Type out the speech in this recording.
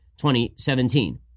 2017